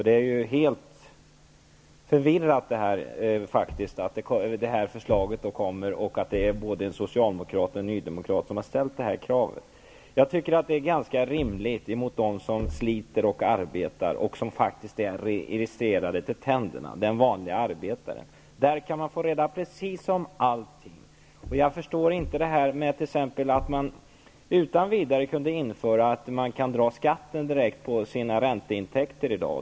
Det här är helt förvirrat, att en socialdemokrat och en nydemokrat har lagt fram förslaget. Det här är ganska rimligt mot den som sliter och arbetar och som faktiskt är registrerad till tänderna -- den vanliga arbetaren. Man kan få reda på precis allting. Jag förstår inte att man utan vidare kunde införa att man kan dra skatten direkt på ränteintäkterna.